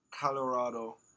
colorado